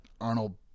Arnold